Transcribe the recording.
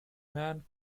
man